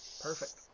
Perfect